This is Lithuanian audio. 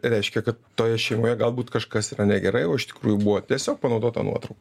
reiškia kad toje šeimoje galbūt kažkas yra negerai o iš tikrųjų buvo tiesiog panaudota nuotrauka